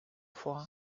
vor